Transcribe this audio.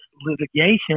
litigation